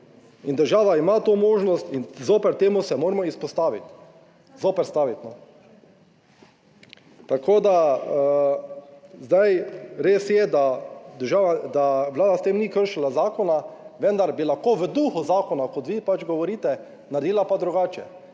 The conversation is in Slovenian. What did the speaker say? in država ima to možnost in zoper temu se moramo izpostaviti. Zoperstaviti. Tako, da zdaj res je, da Vlada s tem ni kršila zakona, vendar bi lahko v duhu zakona kot vi pač govorite, naredila pa drugače.